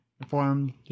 inform